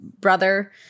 brother